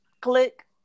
click